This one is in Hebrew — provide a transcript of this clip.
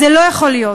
זה לא יכול להיות.